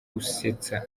gusetsa